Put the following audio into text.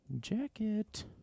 jacket